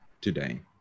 today